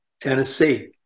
Tennessee